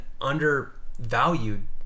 undervalued